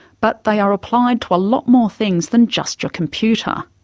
but they are applied to a lot more things than just your computer.